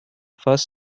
first